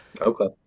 Okay